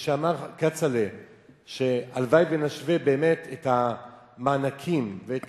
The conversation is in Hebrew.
כשאמר כצל'ה שהלוואי שנשווה את המענקים ואת